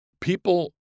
people